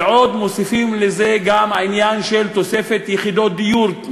ועוד מוסיפים לזה גם את עניין תוספת יחידות הדיור.